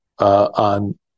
on